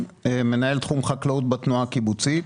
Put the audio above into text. מנהל תחום החקלאות בתנועה הקיבוצית.